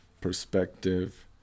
perspective